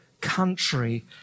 country